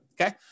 okay